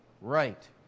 right